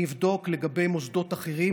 אני אבדוק לגבי מוסדות אחרים.